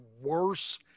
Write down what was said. worse